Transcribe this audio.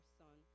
son